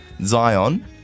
Zion